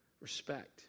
respect